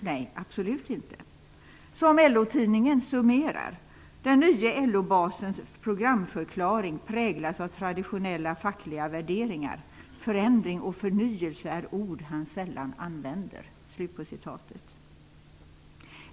Det kan man absolut inte tänka sig. Som LO-tidningen summerar: ''Den nye LO basens programförklaring präglas av traditionella, fackliga värderingar. Förändring och förnyelse är ord han sällan använder.''